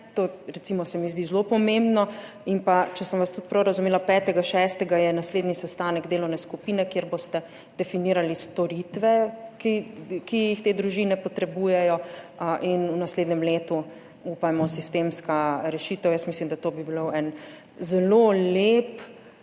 to, recimo, se mi zdi zelo pomembno. In pa če sem vas tudi prav razumela, 5. 6. je naslednji sestanek delovne skupine, kjer boste definirali storitve, ki jih te družine potrebujejo, in v naslednjem letu, upajmo, sistemska rešitev. Jaz mislim, da bi to bil en zelo lep